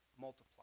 multiply